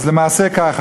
אז למעשה ככה,